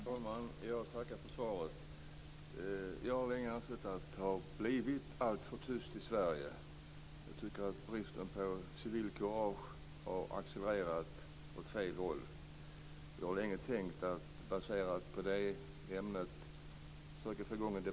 Fru talman! Jag tackar för svaret. Jag har länge ansett att det har blivit alltför tyst i Sverige. Jag tycker att bristen på civilkurage har accelererat åt fel håll. Jag har länge försökt att få i gång en debatt om det ämnet.